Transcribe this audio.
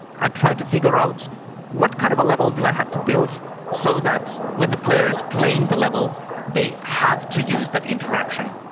i try to figure out what kind of level do i have to build so that when the player is playing the level they have to use that interaction.